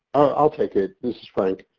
i'll take it, this is frank.